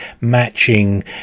matching